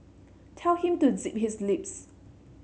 tell him to zip his lips